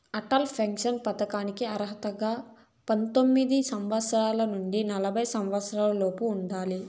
Atal pension పథకానికి అర్హతగా పద్దెనిమిది సంవత్సరాల నుండి నలభై సంవత్సరాలలోపు ఉండాలి